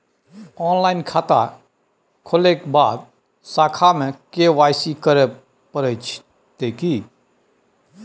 Online खाता खोलै के बाद शाखा में के.वाई.सी करे परतै की?